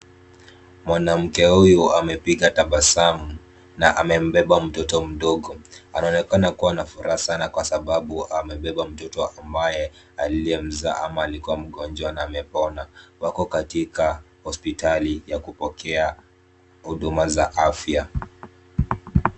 Mwanamke huyu amepiga tabasamu na amembeba mtoto mdogo. Anaonekana kuwa na furaha sana kwa sababu amebeba mtoto ambaye aliyemzaa ama aliakua mgonjwa na amepona. Wako katika hospitali ya kupokea huduma za afya.